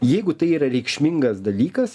jeigu tai yra reikšmingas dalykas